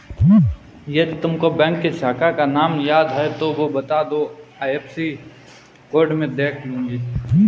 यदि तुमको बैंक की शाखा का नाम याद है तो वो बता दो, आई.एफ.एस.सी कोड में देख लूंगी